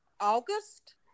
August